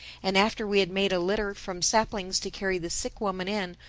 and after we had made a litter from saplings to carry the sick woman in,